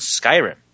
Skyrim